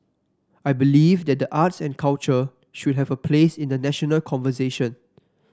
I believe that the arts and culture should have a place in the national conversation